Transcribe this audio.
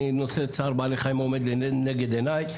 נושא צער בעלי חיים עומד לנגד עיניי,